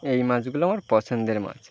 এই মাছগুলো আমার পছন্দের মাছ